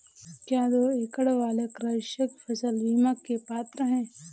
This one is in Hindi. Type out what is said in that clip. क्या दो एकड़ वाले कृषक फसल बीमा के पात्र हैं?